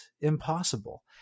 impossible